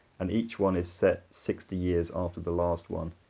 and each one is set sixty years after the last one,